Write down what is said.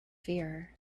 fear